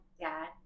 dad